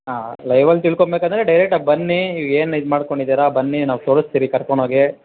ಹಾಂ ಲೈವ್ ಅಲ್ಲಿ ತಿಳ್ಕೊಂಬೇಕಂದರೆ ಡೆರೆಕ್ಟಾಗಿ ಬನ್ನಿ ಏನು ಇದು ಮಾಡ್ಕೊಂಡಿದ್ದೀರ ಬನ್ನಿ ನಾವು ತೋರಸ್ತೀವಿ ಕರ್ಕೊಂಡು ಹೋಗೆ